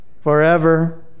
forever